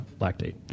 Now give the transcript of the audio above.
lactate